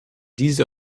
diese